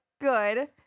good